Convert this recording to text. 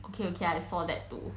okay okay I saw that too